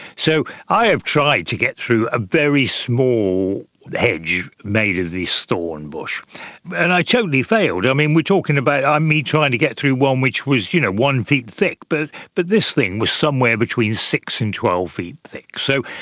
so i have tried to get through a very small hedge made of this thorn bush and i totally failed. yeah we are talking about um me trying to get through one which was you know one feet thick, but but this thing was somewhere between six and twelve feet thick. so,